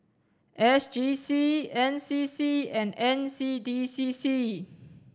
S G C N C C and N C D C C